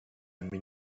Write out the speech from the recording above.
einen